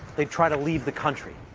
they'd try to leave the country.